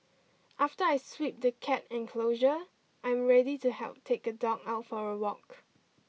after I sweep the cat enclosure I am ready to help take a dog out for a walk